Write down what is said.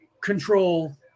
control